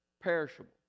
perishable